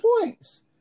points